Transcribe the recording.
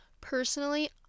Personally